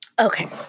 Okay